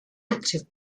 active